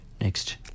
next